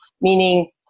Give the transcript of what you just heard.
meaning